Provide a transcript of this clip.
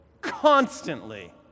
constantly